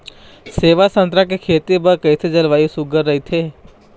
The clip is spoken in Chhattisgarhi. सेवा संतरा के खेती बर कइसे जलवायु सुघ्घर राईथे?